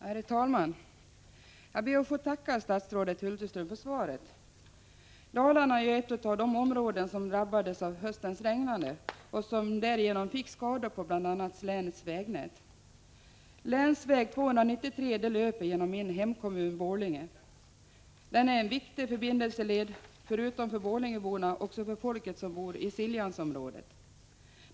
Herr talman! Jag ber att få tacka statsrådet Hulterström för svaret. Dalarna är ett av de områden som drabbades av höstens regnande och som därigenom fick skador på bl.a. länets vägnät. Länsväg 293 löper genom min hemkommun Borlänge. Den är en viktig förbindelseled förutom för borlängeborna också för folket som bor i Siljansområdet.